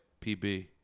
PB